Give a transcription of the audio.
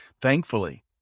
Thankfully